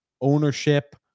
ownership